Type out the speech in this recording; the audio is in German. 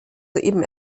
soeben